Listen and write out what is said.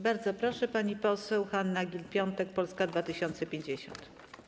Bardzo proszę, pani poseł Hanna Gill-Piątek, Polska 2050.